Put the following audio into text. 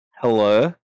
Hello